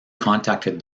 contacted